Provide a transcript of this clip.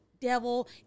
devil